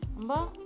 Amba